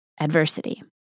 adversity